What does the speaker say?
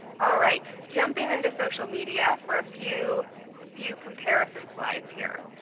all right. jumping into social media for a few few comparison slides here.